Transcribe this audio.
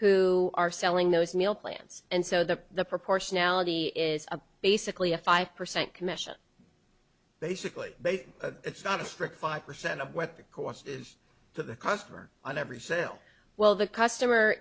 who are selling those meal plans and so the the proportionality is basically a five percent commission basically based it's not a strict five percent of what the cost is the cost for on every sale well the customer